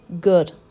good